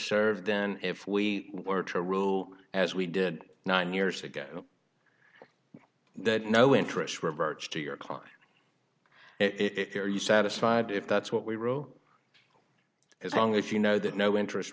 and if we were to rule as we did nine years ago that no interest reverts to your client if you're satisfied if that's what we row as long as you know that no interest